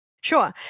Sure